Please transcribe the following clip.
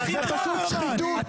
מה, זה סעיף אחר, לא?